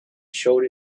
showed